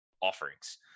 offerings